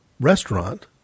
restaurant